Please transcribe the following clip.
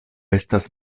estas